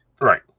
Right